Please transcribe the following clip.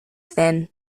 thin